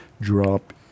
drop